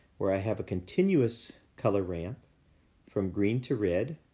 where i have a continuous color ramp from green to red.